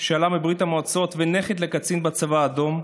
שעלה מברית המועצות ונכד לקצין בצבא האדום.